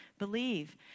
believe